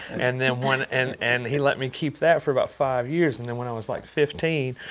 and then when and and he let me keep that for about five years. and then when i was like fifteen,